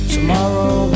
Tomorrow